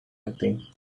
nothing